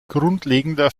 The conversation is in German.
grundlegender